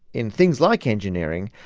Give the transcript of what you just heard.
in things like engineering,